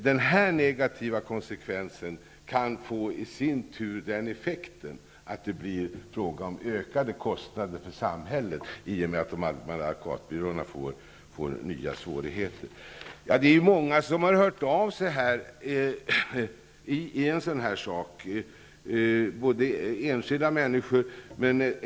Denna negativa konsekvens kan i sin tur få den effekten att det blir fråga om ökade kostnader för samhället i och med att de allmänna advokatbyråerna får nya svårigheter. Det är många som har hört av sig i denna fråga, både enskilda människor och andra.